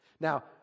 Now